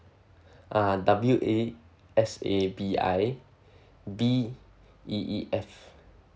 ah W A S A B I B E E F